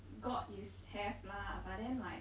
got is have lah but then like